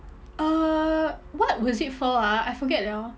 uh what was it for ah I forget liao